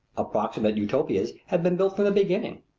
approximate utopias have been built from the beginning.